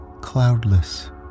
cloudless